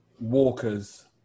Walkers